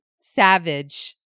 savage